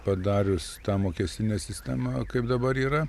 padarius tą mokestinę sistemą kaip dabar yra